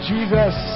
Jesus